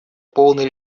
полной